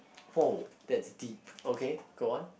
oh that's deep okay go on